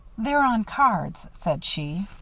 they're on cards, said she.